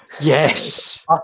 yes